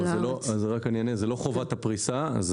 זאת לא חובת הפריסה.